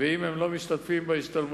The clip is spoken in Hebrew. ואם הם לא משתתפים בהשתלמויות,